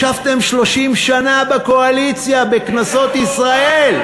ישבתם 30 שנה בקואליציה, בכנסות ישראל.